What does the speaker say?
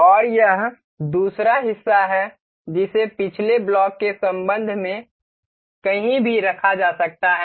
और यह दूसरा हिस्सा है जिसे पिछले ब्लॉक के संबंध में कहीं भी रखा जा सकता है